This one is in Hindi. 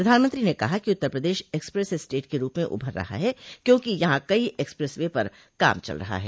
प्रधानमंत्री ने कहा कि उत्तर प्रदेश एक्सप्रेस स्टेट के रूप में उभर रहा है क्योंकि यहां कई एक्सप्रेस वे पर काम चल रहा है